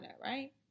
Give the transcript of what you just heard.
right